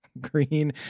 Green